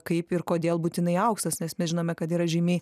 kaip ir kodėl būtinai auksas nes mes žinome kad yra žymiai